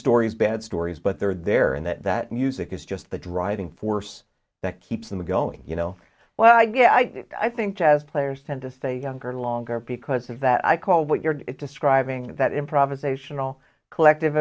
stories bad stories but they're there and that that music is just the driving force that keeps them going you know well i think jazz players tend to stay younger longer because of that i call what you're describing that improvisational collective